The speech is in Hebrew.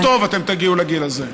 ביום טוב אתם תגיעו לגיל הזה.